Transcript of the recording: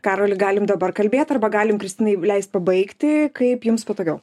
karoli galim dabar kalbėt arba galim kristinai leist pabaigti kaip jums patogiau